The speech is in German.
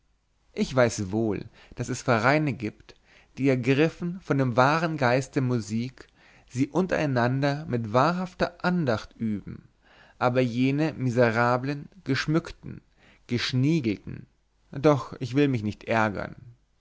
ich weiß wohl daß es vereine gibt die ergriffen von dem wahren geist der musik sie untereinander mit wahrhafter andacht üben aber jene miserablen geschmückten geschniegelten doch ich will mich nicht ärgern